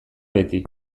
beti